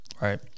Right